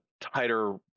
tighter